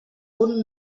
punt